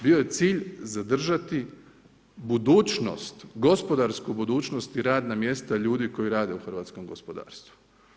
Bio je cilj zadržati budućnost, gospodarsku budućnost i radna mjesta ljudi koji rade u hrvatskom gospodarstvu.